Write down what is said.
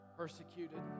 Persecuted